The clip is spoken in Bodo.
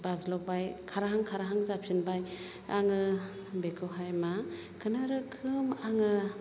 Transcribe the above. बाज्ल'बाय खारहां खारहां जाफिनबाय आङो बेखौहाय मा खुनुरोखोम आङो